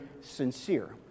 sincere